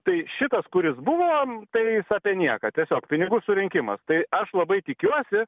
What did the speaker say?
tai šitas kuris buvo tai jis apie nieką tiesiog pinigų surinkimas tai aš labai tikiuosi